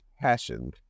passion